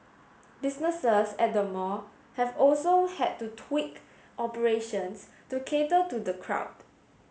businesses at the mall have also had to tweak operations to cater to the crowd